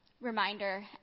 reminder